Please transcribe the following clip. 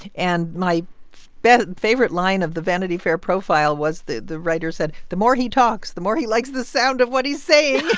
and my but favorite line of the vanity fair profile was the the writer said, the more he talks, the more he likes the sound of what he's saying